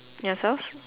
yourself